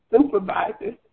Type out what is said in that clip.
supervisors